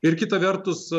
ir kita vertus